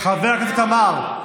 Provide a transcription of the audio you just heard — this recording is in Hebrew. חבר הכנסת עמר,